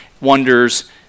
Wonders